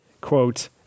quote